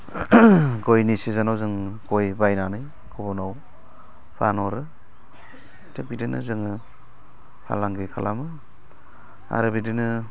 गयनि सिजोनाव जों गय बायनानै गुबुनाव फानहरो थिख बिदिनो जोङो फालांगि खालामो आरो बिदिनो